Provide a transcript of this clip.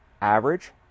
average